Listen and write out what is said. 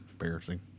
embarrassing